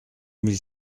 mille